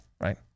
right